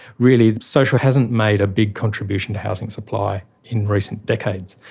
really social hasn't made a big contribution to housing supply in recent decades.